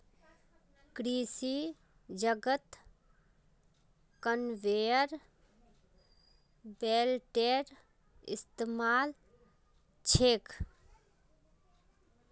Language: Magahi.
कृषि जगतत कन्वेयर बेल्टेर इस्तमाल छेक